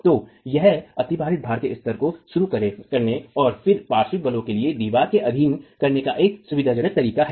तो यह अतिभारित भार के स्तर को शुरू करने और फिर पार्श्व बलों के लिए दीवार के अधीन करने का एक सुविधाजनक तरीका है